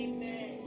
Amen